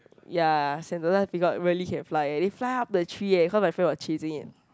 ya Sentosa peacock really can fly they fly up the tree cause my friend were chasing it